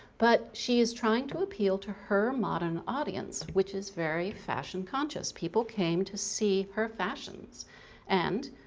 but she is trying to appeal to her modern audience, which is very fashion-conscious. people came to see her fashions and